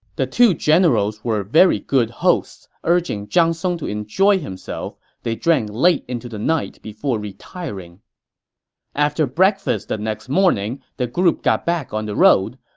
the two generals were very good hosts, urging zhang song to enjoy himself. they drank late into the night before retiring after breakfast the next morning, the group got back on the road,